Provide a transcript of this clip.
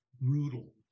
brutal